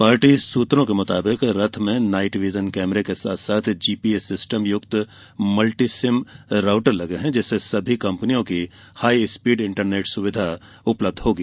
party सूत्रों के मुताबिक रथ में नाईट वीजन कैमरे के साथ जीपीए सिस्टम युक्त मल्टी सिम राउटर लगे हैं जिससे सभी कम्पनियों की हाई स्पीड इंटरनेट सुविधा उपलब्ध होगी